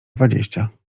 dwadzieścia